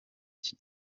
iki